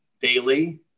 daily